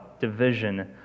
division